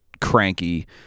cranky